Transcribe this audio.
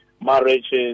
marriages